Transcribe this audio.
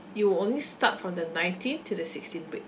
it will only start from the nineteenth to the sixteenth week